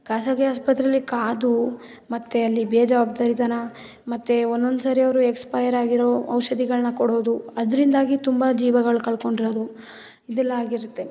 ಖಾಸಗಿ ಆಸ್ಪತ್ರೆಯಲ್ಲಿ ಕಾದು ಮತ್ತು ಅಲ್ಲಿ ಬೇಜವಾಬ್ದಾರಿತನ ಮತ್ತು ಒಂದೊಂದು ಸಾರಿ ಅವರು ಎಕ್ಸ್ಪೈರ್ ಆಗಿರೋ ಔಷಧಿಗಳನ್ನ ಕೊಡೋದು ಅದರಿಂದಾಗಿ ತುಂಬ ಜೀವಗಳು ಕಳಕೊಂಡಿರೋದು ಇದೆಲ್ಲ ಆಗಿರುತ್ತೆ